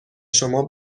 شما